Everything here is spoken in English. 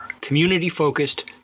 community-focused